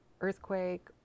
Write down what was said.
earthquake